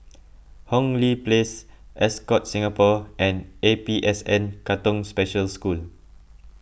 Hong Lee Place Ascott Singapore and A P S N Katong Special School